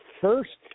first